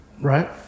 Right